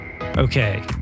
Okay